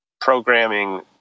programming